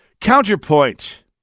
Counterpoint